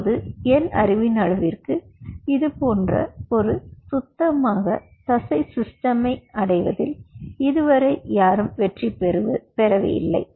இப்போது என் அறிவின் அளவிற்கு இதுபோன்ற ஒரு சுத்தமாக தசை சிஸ்டேமை அடைவதில் இதுவரை யாரும் வெற்றிபெறவில்லை